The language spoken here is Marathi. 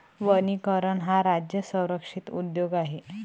वनीकरण हा राज्य संरक्षित उद्योग आहे